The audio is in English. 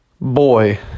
Boy